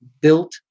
built